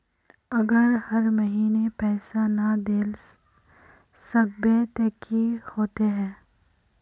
अगर हर महीने पैसा ना देल सकबे ते की होते है?